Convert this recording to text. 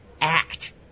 act